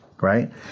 right